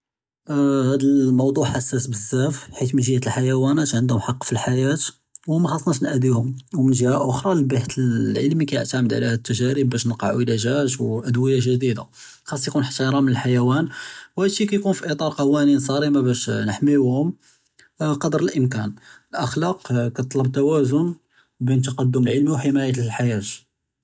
אה אה הַדּ מֻוְדּוּעַ חַסַאס בְּזַאף בְּחֵית מִן גִ'הַת אֶלְחַיוֹנַات עַנְדְהוּם חַקּ פִי אֶלְחַיַاة וּמַחְסַנַּאש נְאַאְדִּיוּהּוּם, וּמִן גִ'הַת אַחַרָה לְבְּהֵת אה אה אֶלְעֵלְם כּיַעְתַמֵד עַלَى הַדּ תַּגַ'רִיב בַּאש נְקַע דַּגָּ'אג וְאַדוּיָּאת גְ'דִידָה חַאס יְקוּן אֶסְתִיחְתָאם לֶחַיַואן וְהַדּ אֶשִּׁי כּיַקוּן פִּי אִטָּאר קְווַאנִין צַארְמָה בַּאש אה אה נְחַמִּיוּהּוּם אה קַדַר אֶלְאִמְקָאן אֶלְאַכְלַאק אה כּתְטַלֵב תַּוַאזוּן בֵּין תַקַדֻּם אֶלְעֵלְם וּחִמַايַאת אֶלְחַיַاة.